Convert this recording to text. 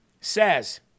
says